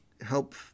help